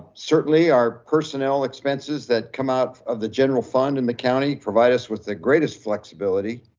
certainly our personnel expenses that come out of the general fund in the county provide us with the greatest flexibility,